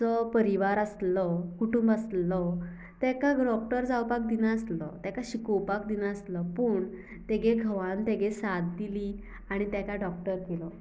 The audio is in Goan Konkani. जो परिवार आसलो कुटुंब आसलो तेका डॉक्टर जावपा दिनाआसलो तेका शिकोवपाक दिना आसलो पूण तेगे घोवान तेगे साथ दिली आनी तेका डॉक्टर केलो